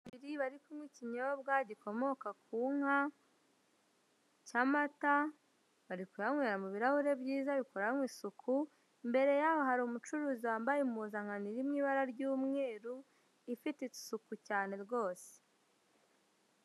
Babiri bari kunywa ikinyobwa gikomoka ku nka cy' amata, bari kuyanywera mu birarahure byiza bikoranywe isuku, imbere yaho hari umucuruzi wambaye impuzankano iri mu ibara ry'umweru ifite isuku cyane rwose.